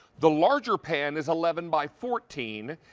the larger pant is eleven by fourteen,